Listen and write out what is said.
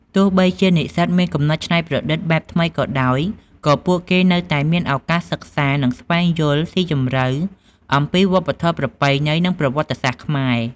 ទោះបីជានិស្សិតមានគំនិតច្នៃប្រឌិតបែបថ្មីក៏ដោយ ក៏ពួកគេនៅតែមានឱកាសសិក្សា និងស្វែងយល់ស៊ីជម្រៅអំពី វប្បធម៌ ប្រពៃណី និងប្រវត្តិសាស្ត្រខ្មែរ ។